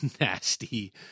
nasty